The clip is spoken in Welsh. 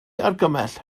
argymell